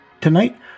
Tonight